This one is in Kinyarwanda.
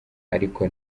ariko